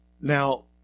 Now